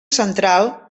central